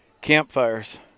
Campfires